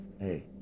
hey